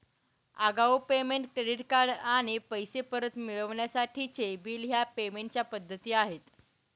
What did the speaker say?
आगाऊ payment, credit card आणि पैसे परत मिळवण्यासाठीचे बिल ह्या पेमेंट च्या पद्धती आहे